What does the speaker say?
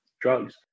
drugs